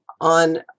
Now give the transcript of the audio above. on